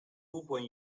when